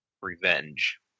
revenge